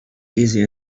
easy